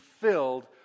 filled